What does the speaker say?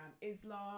Islam